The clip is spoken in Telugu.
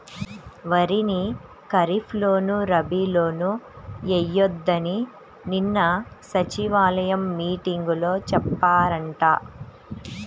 వరిని ఖరీప్ లోను, రబీ లోనూ ఎయ్యొద్దని నిన్న సచివాలయం మీటింగులో చెప్పారంట